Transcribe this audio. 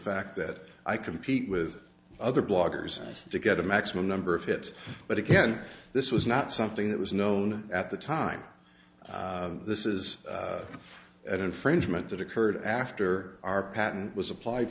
fact that i compete with other bloggers and to get the maximum number of hits but again this was not something that was known at the time this is an infringement that occurred after our patent was applied